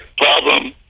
problem